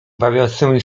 bawiącymi